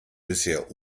bisher